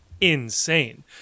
insane